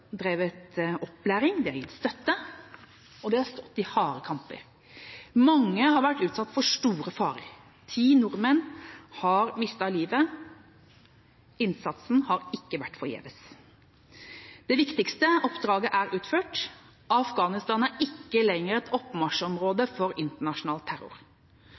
drevet opplæring, de har gitt støtte, og de har stått i harde kamper. Mange har vært utsatt for store farer. Ti nordmenn har mistet livet. Innsatsen har ikke vært forgjeves. Det viktigste oppdraget er utført. Afghanistan er ikke lenger et oppmarsjområde for internasjonal terror.